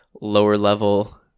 lower-level